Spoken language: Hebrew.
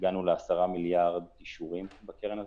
הגענו ל-10 מיליארד אישורים בקרן הזאת,